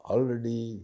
Already